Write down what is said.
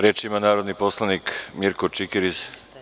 Reč ima narodni poslanik Mirko Čikiriz.